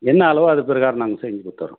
என்ன அளவோ அது பிரகாரம் நாங்கள் செஞ்சு கொடுத்துறோம்